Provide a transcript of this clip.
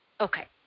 Okay